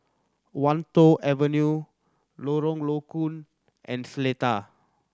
Wan Tho Avenue Lorong Low Koon and Seletar